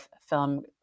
film